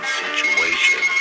situation